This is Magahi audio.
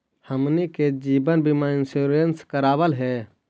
हमनहि के जिवन बिमा इंश्योरेंस करावल है?